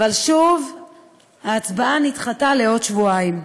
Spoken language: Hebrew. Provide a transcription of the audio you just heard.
אבל שוב ההצבעה נדחתה לעוד שבועיים.